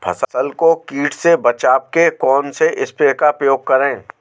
फसल को कीट से बचाव के कौनसे स्प्रे का प्रयोग करें?